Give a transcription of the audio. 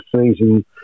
season